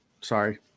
Sorry